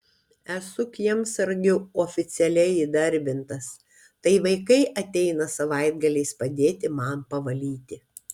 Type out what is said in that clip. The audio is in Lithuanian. esu kiemsargiu oficialiai įdarbintas tai vaikai ateina savaitgaliais padėti man pavalyti